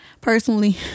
personally